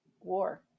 war